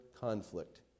conflict